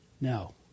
No